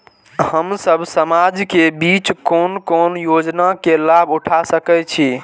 हम सब समाज के बीच कोन कोन योजना के लाभ उठा सके छी?